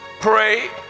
pray